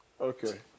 okay